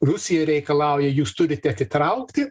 rusija reikalauja jūs turite atitraukti